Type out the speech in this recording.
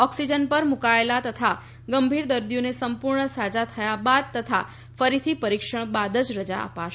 oxygen પર મુકાયેલા તથા ગંભીર દર્દીઓને સંપૂર્ણ સાજા થયા બાદ તથા ફરીથી પરીક્ષણ બાદ જ રજા અપાશે